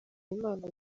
imana